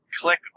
click